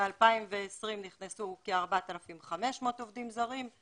ב-2020 נכנסו כ-4,500 עובדים זרים.